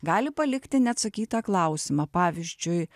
gali palikti neatsakytą klausimą pavyzdžiui